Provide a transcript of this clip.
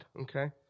Okay